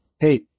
Hey